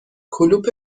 کلوپ